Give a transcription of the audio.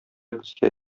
безгә